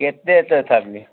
କେତେ ଏତେ ଥାରମି